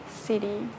city